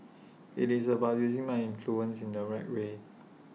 IT is about using my influence in the right way